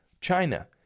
China